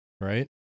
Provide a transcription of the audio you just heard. Right